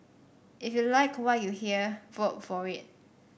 if you like what you hear vote for it